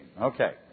Okay